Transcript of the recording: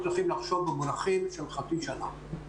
שאנחנו חייבים לשמור על המגזר העסקי בישראל נוכח המשבר,